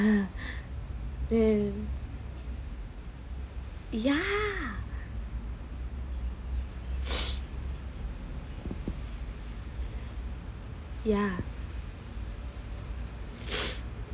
then ya ya